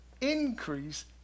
increase